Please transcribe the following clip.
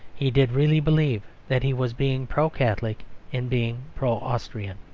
he did really believe that he was being pro-catholic in being pro-austrian.